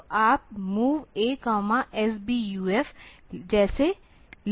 तो आप MOV A SBUF जैसे लिख सकते हैं